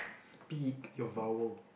speak your vowel